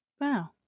Wow